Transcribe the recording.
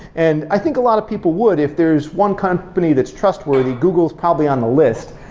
and i think a lot of people would, if there's one company that's trustworthy, google's probably on the list.